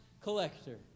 collector